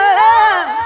love